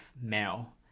male